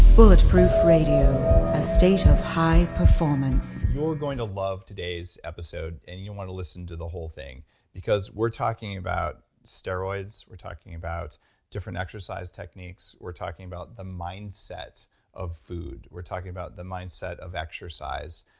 bulletproof radio, a state of high performance you're going to love today's episode and you'll want to listen to the whole thing because we're talking about steroids, we're talking about different exercise techniques, we're talking about the mindset of food, we're talking about the mindset of exercise,